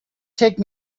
take